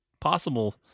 possible